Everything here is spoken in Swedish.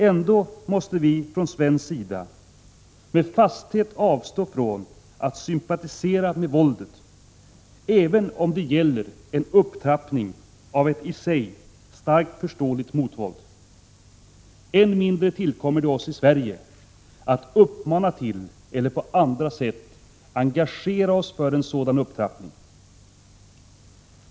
Ändå måste vi från svensk sida med fasthet avstå från att sympatisera med våldet — även om det gäller en upptrappning av ett i sig starkt förståeligt våld. Än mindre tillkommer det oss i Sverige att uppmana till eller på andra sätt engagera oss för en sådan upptrappning.